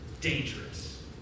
dangerous